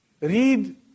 Read